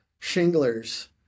shinglers